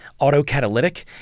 autocatalytic